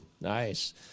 Nice